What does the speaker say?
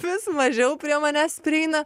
vis mažiau prie manęs prieina